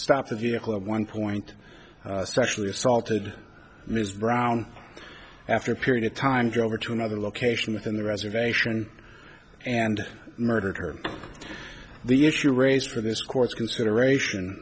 stop the vehicle at one point especially assaulted ms brown after a period of time go over to another location within the reservation and murdered her the issue raised for this court's consideration